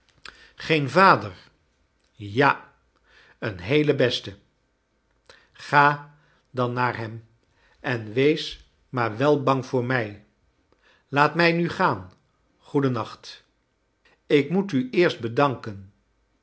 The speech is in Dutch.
geen vader ja een heele beste ga dan naar hem en wees maa r wel bang voor mij laat mij nu gaan goeden nacht ik moet u eerst bedanken